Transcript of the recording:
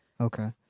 Okay